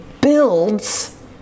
builds